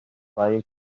zwei